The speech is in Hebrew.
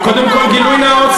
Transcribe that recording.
קודם כול, גילוי נאות.